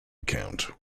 account